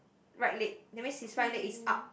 right leg that means his right leg is up